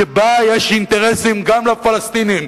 שבה יש אינטרסים גם לפלסטינים,